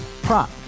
Prop